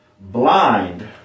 blind